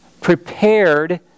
prepared